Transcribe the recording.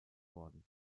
worden